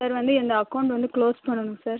sir வந்து என் account வந்து க்ளோஸ் பண்ணணும் சார்